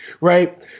right